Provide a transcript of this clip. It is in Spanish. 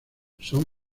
son